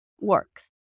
works